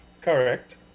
correct